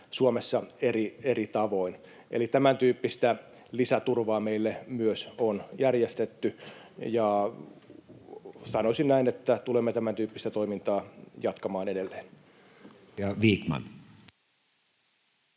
Suomessa eri tavoin. Eli tämäntyyppistä lisäturvaa meille myös on järjestetty, ja sanoisin näin, että tulemme tämäntyyppistä toimintaa jatkamaan edelleen. Edustaja Vikman.